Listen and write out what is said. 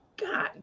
God